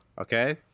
Okay